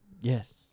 Yes